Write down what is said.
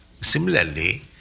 similarly